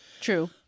True